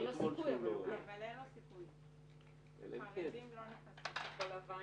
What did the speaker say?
לא יהיה לנו מוקד קטיעה שייתן מענה להכול.